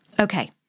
Okay